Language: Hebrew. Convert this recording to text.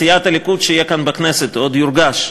בסיעת הליכוד, שיהיה כאן בכנסת, ועוד יורגש.